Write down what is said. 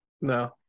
No